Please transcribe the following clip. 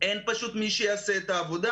אין פשוט מי שיעשה את העבודה.